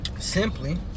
Simply